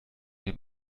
dem